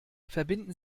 verbinden